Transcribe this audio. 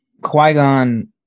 Qui-Gon